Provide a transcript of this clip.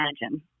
imagine